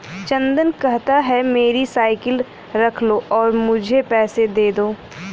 चंदन कहता है, मेरी साइकिल रख लो और मुझे पैसे दे दो